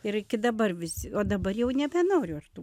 ir iki dabar visi o dabar jau nebenoriu aš tų